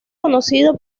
conocido